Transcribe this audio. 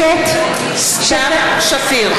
סתיו שפיר,